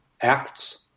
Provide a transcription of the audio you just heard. acts